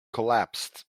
collapsed